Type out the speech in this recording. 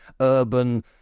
urban